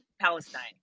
Palestine